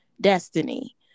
destiny